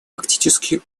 фактически